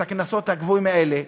את הקנסות הגבוהים האלה,